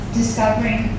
discovering